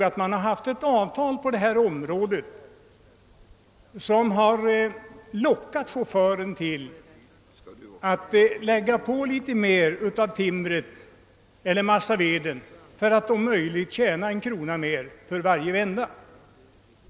Det har funnits ett avtal som har lockat chauffören att lägga på litet mer timmer eller massaved för att tjäna någon krona mer på varje vända.